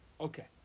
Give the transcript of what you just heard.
Okay